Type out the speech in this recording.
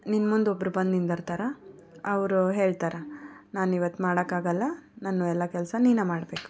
ನಿನ್ನ ಮುಂದೆ ಒಬ್ಬರು ಬಂದು ನಿಂದಿರ್ತಾರೆ ಅವರು ಹೇಳ್ತಾರೆ ನಾನು ಇವತ್ತು ಮಾಡೋಕೆ ಆಗೋಲ್ಲ ನನ್ನ ಎಲ್ಲ ಕೆಲಸ ನೀನೆ ಮಾಡಬೇಕು